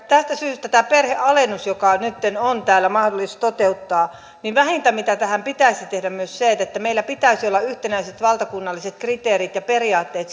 tästä syystä tässä perhealennuksessa joka nytten on täällä mahdollista toteuttaa vähintä mitä pitäisi tehdä on se että että meillä pitäisi olla yhtenäiset valtakunnalliset kriteerit ja periaatteet